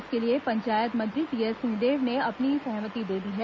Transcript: इसके लिए पंचायत मंत्री टीएस सिंहदेव ने अपनी सहमति दे दी है